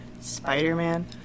Spider-Man